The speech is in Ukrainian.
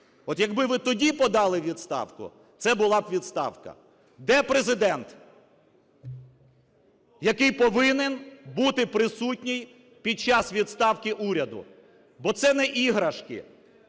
От якби ви тоді подали у відставку, це була б відставка. Де Президент, який повинен бути присутній під час відставки уряду? Бо це не іграшки.